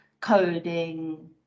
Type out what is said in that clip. coding